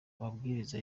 amabwiriza